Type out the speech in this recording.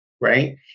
right